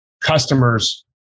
customers